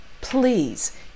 Please